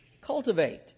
cultivate